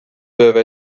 peuvent